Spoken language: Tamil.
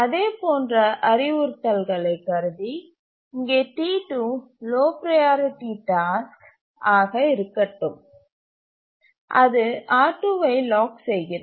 அதேபோன்ற அறிவுறுத்தல்களைக் கருதி இங்கே T2 லோ ப்ரையாரிட்டி டாஸ்க் ஆக இருக்கட்டும் அது R2ஐ லாக் செய்கிறது